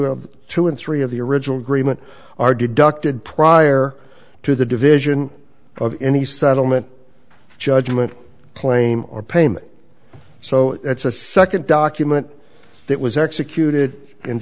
t two and three of the original agreement are deducted prior to the division of any settlement judgment claim or payment so it's a second document that was executed in